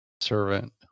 servant